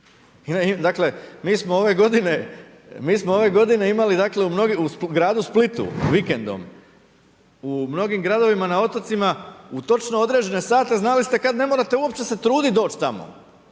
je. Mi smo ove g. imali u gradu Splitu, vikendom, u mnogim gradovima na otocima, u točne određene sate, znali ste, kada ne morate se uopće truditi doći tamo.